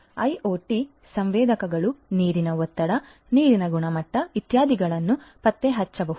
IoT ಸಂವೇದಕಗಳು ನೀರಿನ ಒತ್ತಡ ನೀರಿನ ಗುಣಮಟ್ಟ ಇತ್ಯಾದಿಗಳನ್ನು ಪತ್ತೆಹಚ್ಚಬಹುದು